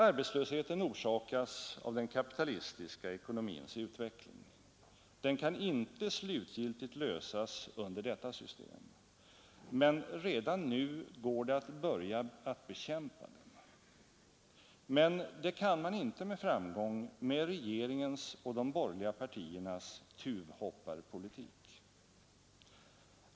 Arbetslösheten orsakas av den kapitalistiska ekonomins utveckling. Den kan inte slutgiltigt lösas under detta system. Men redan nu går det att börja bekämpa den. Men det kan man inte med regeringens och de borgerliga partiernas tuvhopparpolitik.